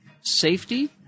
safety